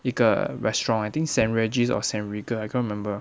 一个 restaurant I think saint regis or saint regar I cannot remember